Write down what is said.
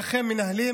איך הם מנהלים